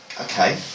Okay